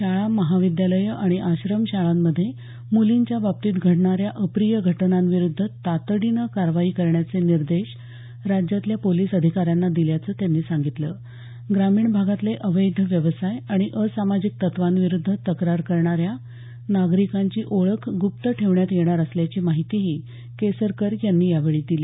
शाळा महाविद्यालयं आणि आश्रमशाळांमध्ये मूलींच्या बाबतीत घडणाऱ्या अप्रिय घटनांविरुद्ध तातडीनं कारवाई करण्याचे निर्देश राज्यातल्या पोलीस अधिकाऱ्यांना दिल्याचं त्यांनी सांगितलं ग्रामीण भागातले अवैध व्यवसाय आणि असामाजिक तत्वांविरुद्ध तक्रार करणाऱ्या नागरिकांची ओळख गुप्त ठेवण्यात येणार असल्याची माहितीही केसरकर यांनी यावेळी दिली